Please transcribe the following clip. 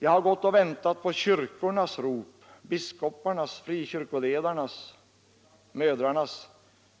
Jag har gått och väntat på kyrkornas rop, biskoparnas, frikyrkoledarnas, mödrarnas.